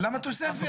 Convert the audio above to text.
למה תוספת?